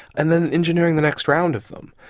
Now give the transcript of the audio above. and then engineering the next round of them.